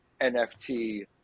NFT